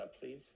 please